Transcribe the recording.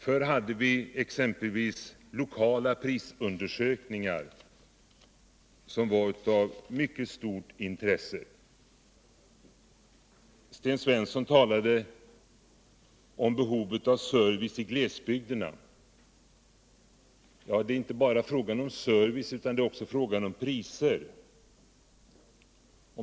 Förr hade vi exempelvis lokala prisundersök ningar, som var av mycket stort intresse. Sten Svensson talade om behovet av service i glesbygderna. Det är inte bara fråga om service utan också. fråga om priser.